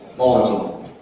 volatile.